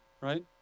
right